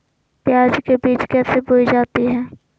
प्याज के बीज कैसे बोई जाती हैं?